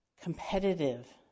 competitive